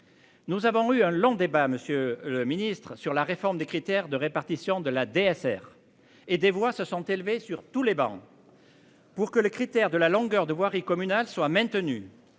Nous avons eu un long débat Monsieur le Ministre, sur la réforme des critères de répartition de la DSR et des voix se sont élevées sur tous les bancs.-- Pour que le critère de la longueur de voirie communale soit maintenu